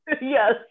Yes